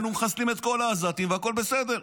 היינו מחסלים את כל העזתים והכול בסדר,